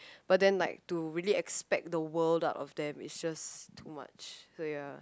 but then like to really expect the world out of them is just too much so ya